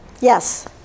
Yes